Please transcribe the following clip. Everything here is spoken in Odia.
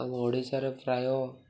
ଆମ ଓଡ଼ିଶାର ପ୍ରାୟ